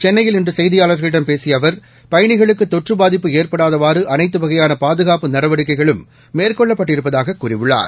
சென்னையில் இன்று செய்தியாளர்களிடம் பேசிய அவர் பயணிகளுக்கு தொற்று பாதிப்பு ஏற்படாதவாறு அனைத்து வகையான பாதுகாப்பு நடவடிக்கைகளும் மேற்கொள்ளப்பட்டிருப்பதாக கூறியுள்ளார்